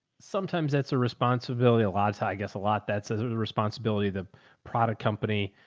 sometimes that's a responsibility a lot of time, i guess, a lot that says there's a responsibility, that product company,